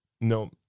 No